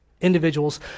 individuals